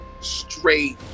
straight